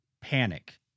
panic